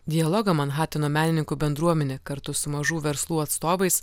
dialogą manhateno menininkų bendruomenė kartu su mažų verslų atstovais